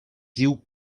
diu